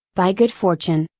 by good fortune,